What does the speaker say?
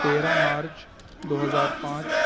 تیرہ مارچ دو ہزار پانچ